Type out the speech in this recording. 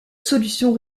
solution